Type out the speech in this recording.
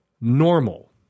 normal